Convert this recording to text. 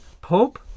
Pope